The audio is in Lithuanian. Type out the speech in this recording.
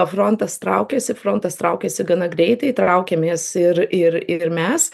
frontas traukiasi frontas traukiasi gana greitai traukiamės ir ir ir mes